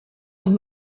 und